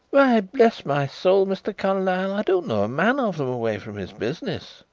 why, bless my soul, mr. carlyle, i don't know a man of them away from his business,